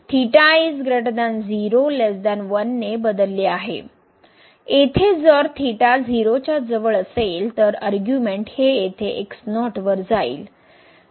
येथे जर 0 च्या जवळ असेल तर अरग्यूमेन्ट हे येथे वर जाईल